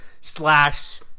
slash